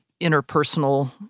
interpersonal